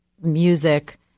music